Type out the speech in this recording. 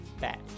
Batch